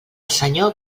senyor